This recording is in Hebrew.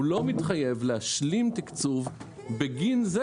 הוא לא מתחייב להשלים תקצוב בגין זה